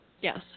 Yes